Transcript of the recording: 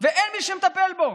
ואין מי שמטפל בו.